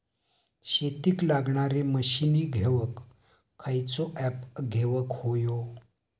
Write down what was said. शेतीक लागणारे मशीनी घेवक खयचो ऍप घेवक होयो?